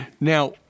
Now